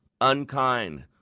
unkind